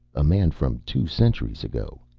a man from two centuries ago.